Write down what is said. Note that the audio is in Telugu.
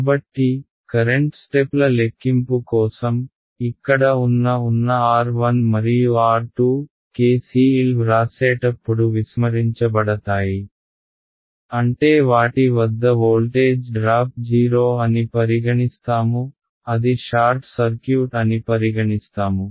కాబట్టి కరెంట్ స్టెప్ల లెక్కింపు కోసం ఇక్కడ ఉన్న ఉన్న R 1 మరియు R 2 KCL వ్రాసేటప్పుడు విస్మరించబడతాయి అంటే వాటి వద్ద వోల్టేజ్ డ్రాప్ 0 అని పరిగణిస్తాము అది షార్ట్ సర్క్యూట్ అని పరిగణిస్తాము